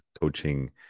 coaching